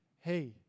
hey